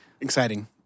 Exciting